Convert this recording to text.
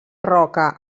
roca